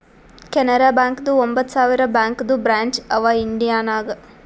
ಕೆನರಾ ಬ್ಯಾಂಕ್ದು ಒಂಬತ್ ಸಾವಿರ ಬ್ಯಾಂಕದು ಬ್ರ್ಯಾಂಚ್ ಅವಾ ಇಂಡಿಯಾ ನಾಗ್